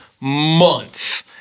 months